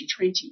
2020